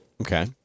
Okay